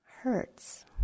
hurts